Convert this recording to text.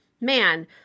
man